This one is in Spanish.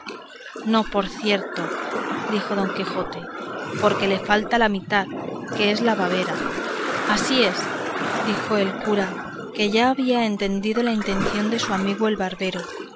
no por cierto dijo don quijote porque le falta la mitad que es la babera así es dijo el cura que ya había entendido la intención de su amigo el barbero